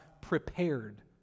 prepared